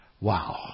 Wow